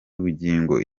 bugingo